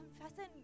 confessing